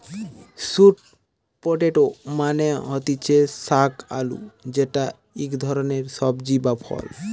sweet potato মানে হতিছে শাক আলু যেটা ইক ধরণের সবজি বা ফল